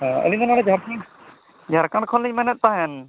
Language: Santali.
ᱦᱮᱸ ᱟᱹᱞᱤᱧ ᱫᱚ ᱱᱚᱰᱮ ᱡᱷᱟᱲᱠᱷᱚᱸᱰ ᱡᱷᱟᱲᱠᱷᱚᱸᱰ ᱠᱷᱚᱱ ᱞᱤᱧ ᱢᱮᱱᱮᱫ ᱛᱟᱦᱮᱱ